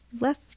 left